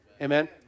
amen